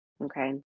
Okay